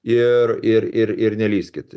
ir ir ir ir nelįskit